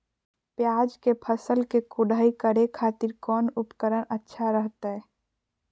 प्याज के फसल के कोढ़ाई करे खातिर कौन उपकरण अच्छा रहतय?